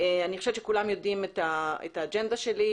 אני חושבת שכולם יודעים את האג'נדה שלי,